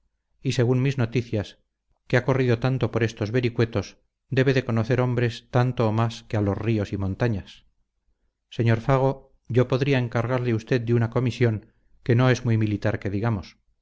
y según mis noticias que ha corrido tanto por estos vericuetos debe de conocer hombres tanto o más que a los ríos y montañas sr fago yo podría encargarle a usted de una comisión que no es muy militar que digamos